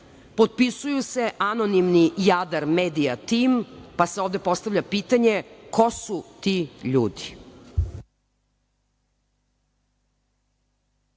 Potpisuje se anonimni Jadar medija tim, pa se ovde postavlja pitanje – ko su ti ljudi?